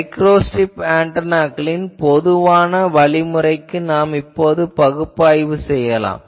microstrip ஆன்டெனாக்களின் பொதுவான வழிமுறைக்கு இப்போது நாம் பகுப்பாய்வு செய்யலாம்